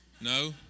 No